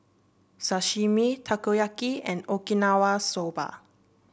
Sashimi Takoyaki and Okinawa Soba